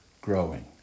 growing